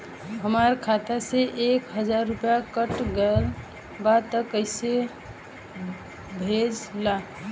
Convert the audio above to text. हमार खाता से एक हजार रुपया कट गेल बा त कइसे भेल बा?